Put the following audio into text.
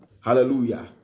Hallelujah